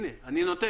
הנה, אני אומר,